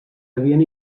havien